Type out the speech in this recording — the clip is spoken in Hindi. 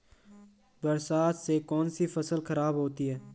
बरसात से कौन सी फसल खराब होती है?